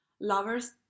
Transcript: Lovers